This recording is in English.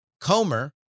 Comer